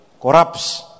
corrupts